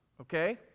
okay